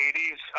80s